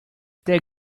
that